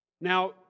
Now